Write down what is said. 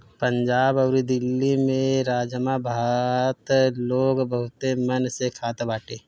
पंजाब अउरी दिल्ली में राजमा भात लोग बहुते मन से खात बाटे